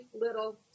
little